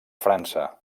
frança